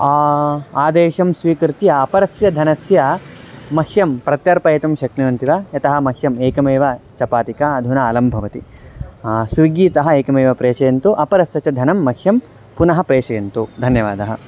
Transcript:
आदेशं स्वीकृत्य अपरस्य धनस्य मह्यं प्रत्यर्पयितुं शक्नुवन्ति वा यतः मह्यम् एकमेव चपातिका अधुना अलं भवति स्विग्गी तः एकमेव प्रेषयन्तु अपरस्य च धनं मह्यं पुनः प्रेषयन्तु धन्यवादः